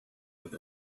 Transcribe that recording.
with